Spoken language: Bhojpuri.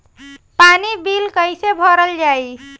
पानी बिल कइसे भरल जाई?